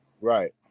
Right